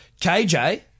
KJ